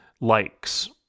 likes